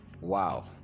Wow